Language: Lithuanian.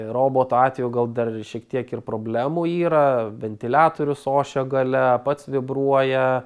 roboto atveju gal dar ir šiek tiek ir problemų yra ventiliatorius ošia gale pats vibruoja